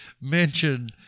mention